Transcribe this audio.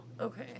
Okay